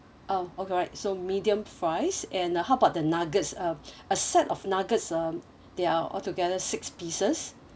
oh alright so medium fries and uh how about the nuggets um a set of nuggets um there are all together six pieces